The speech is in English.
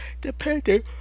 Depending